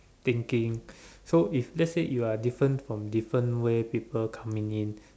thinking so if let's say you are different from different way people coming in